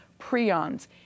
prions